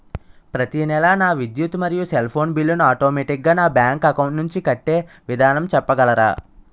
ప్రతి నెల నా విద్యుత్ మరియు సెల్ ఫోన్ బిల్లు ను ఆటోమేటిక్ గా నా బ్యాంక్ అకౌంట్ నుంచి కట్టే విధానం చెప్పగలరా?